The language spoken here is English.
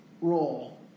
role